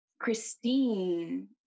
Christine